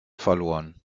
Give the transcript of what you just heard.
verloren